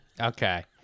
Okay